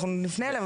אנחנו נפנה אליהם,